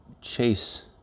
chase